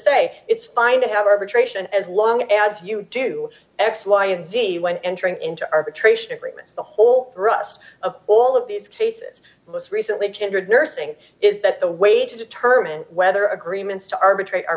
say it's fine to have arbitration as long as you do x y and z when entering into arbitration agreements the whole thrust of all of these cases most recently gendered nursing d is that the way to determine whether agreements to arbitra